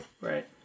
Right